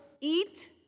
Eat